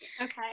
okay